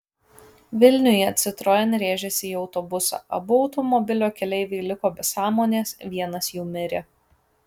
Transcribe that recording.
vilniuje citroen rėžėsi į autobusą abu automobilio keleiviai liko be sąmonės vienas jų mirė